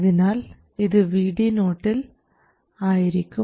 അതിനാൽ ഇത് VD0 യിൽ ആയിരിക്കും